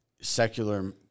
secular